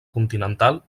continental